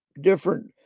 different